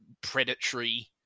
predatory